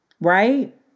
right